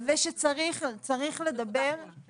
זה שהוא לא גר בבית של ההורים שלו,